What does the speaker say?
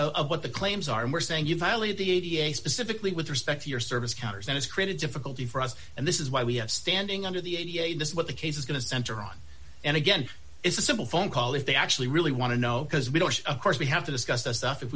of what the claims are and we're saying you violated the a b a specifically with respect to your service counters and has created difficulty for us and this is why we have standing under the a b a this is what the case is going to center on and again it's a simple phone call if they actually really want to know because we don't of course we have to discuss the stuff if